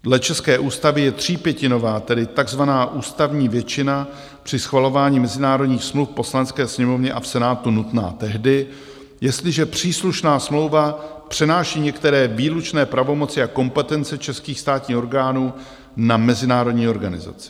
Dle české ústavy je třípětinová, tedy takzvaná ústavní většina při schvalování mezinárodních smluv v Poslanecké sněmovně a v Senátu nutná tehdy, jestliže příslušná smlouva přenáší některé výlučné pravomoci a kompetence českých státních orgánů na mezinárodní organizaci.